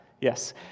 Yes